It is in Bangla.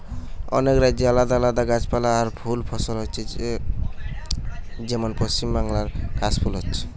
অনেক রাজ্যে আলাদা আলাদা গাছপালা আর ফুল ফসল হচ্ছে যেমন পশ্চিমবাংলায় কাশ ফুল হচ্ছে